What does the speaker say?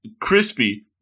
crispy